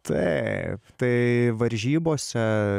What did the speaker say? taip tai varžybose